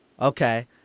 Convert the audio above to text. Okay